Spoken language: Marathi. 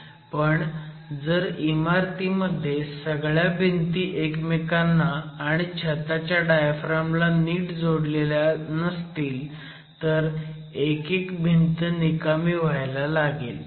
पण जर इमारतीमध्ये सगळ्या भिंती एकमेकांना आणि छताच्या डायफ्रॅम ला नीट जोडलेल्या नसतील तर एक एक भिंत निकामी व्हायला लागेल